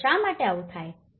તો શા માટે આવું થાય છે